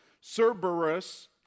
Cerberus